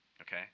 okay